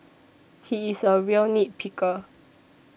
he is a real nit picker